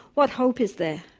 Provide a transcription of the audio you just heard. what hope is there?